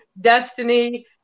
Destiny